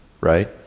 right